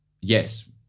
yes